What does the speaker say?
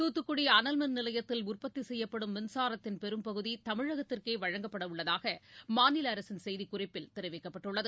தூத்துக்குடி அனல் மின் நிலையத்தில் உற்பத்தி செய்யப்படும் மின்சாரத்தின் பெரும்பகுதி தமிழகத்திற்கே வழங்கப்படவுள்ளதாக மாநில அரசின் செய்திக்குறிப்பில் தெரிவிக்கப்பட்டுள்ளது